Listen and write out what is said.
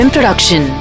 Production